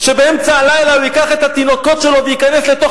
שבאמצע הלילה הוא ייקח את התינוקות שלו וייכנס לתוך